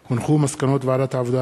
מסקנות ועדת העבודה,